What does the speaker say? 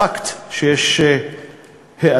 העובדה היא שיש האטה,